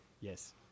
Yes